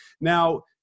Now